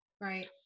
Right